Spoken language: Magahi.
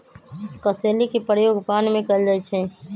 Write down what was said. कसेली के प्रयोग पान में कएल जाइ छइ